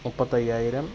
മുപ്പത്തി അയ്യായിരം